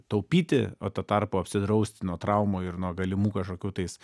taupyti o tuo tarpu apsidrausti nuo traumų ir nuo galimų kažkokiųtais